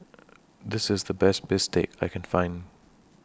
This IS The Best Bistake that I Can Find